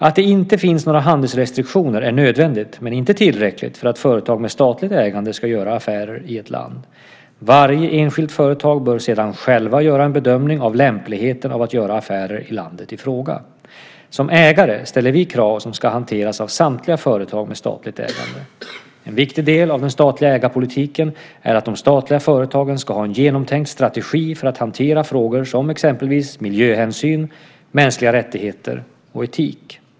Att det inte finns några handelsrestriktioner är nödvändigt, men inte tillräckligt, för att företag med statligt ägande ska göra affärer i ett land. Varje enskilt företag bör sedan självt göra en bedömning av lämpligheten att göra affärer i landet i fråga. Som ägare ställer vi krav som ska hanteras av samtliga företag med statligt ägande. En viktig del av den statliga ägarpolitiken är att de statliga företagen ska ha en genomtänkt strategi för att hantera frågor som exempelvis miljöhänsyn, mänskliga rättigheter och etik.